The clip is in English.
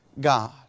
God